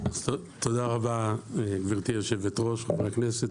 חברי הכנסת,